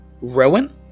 Rowan